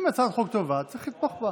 אם הצעת החוק טובה, צריך לתמוך בה